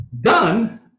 done